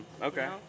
Okay